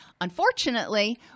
Unfortunately